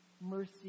mercy